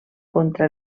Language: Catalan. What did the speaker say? contra